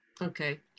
Okay